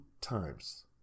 times